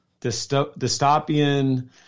dystopian